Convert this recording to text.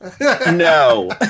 no